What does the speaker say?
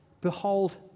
Behold